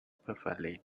perfectly